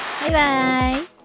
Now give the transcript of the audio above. Bye-bye